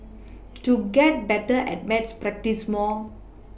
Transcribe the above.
to get better at maths practise more